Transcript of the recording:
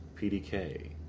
PDK